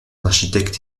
architecte